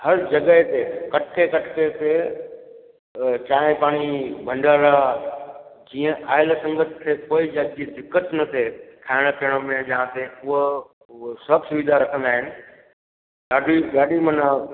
हर जॻह ते कठे कठे ते चाहिं पाणी भंडारा जीअं आयल संगत खे कोई जात जी दिक़त न थिए खाइण पीअण में जा ते उहो उहो सभु सुविधा रखंदा आहिनि ॾाढी ॾाढी माना